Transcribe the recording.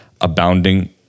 abounding